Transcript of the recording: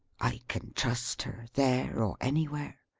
i can trust her, there, or anywhere.